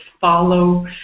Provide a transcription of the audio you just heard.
follow